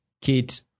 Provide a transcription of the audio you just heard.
kit